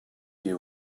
you